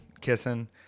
kissing